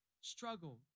struggle